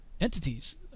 entities